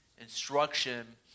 instruction